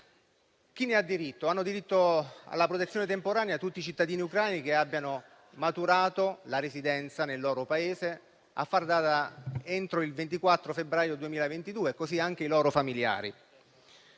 Chi ne ha diritto? Hanno diritto alla protezione temporanea tutti i cittadini ucraini che abbiano maturato la residenza nel loro Paese a far data entro il 24 febbraio 2022 e così anche i loro familiari.